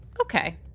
Okay